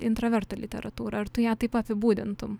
intravertų literatūrą ir tu ją taip apibūdintum